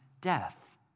death